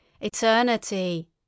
Eternity